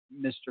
Mr